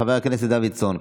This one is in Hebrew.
חבר הכנסת דוידסון,